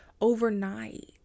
overnight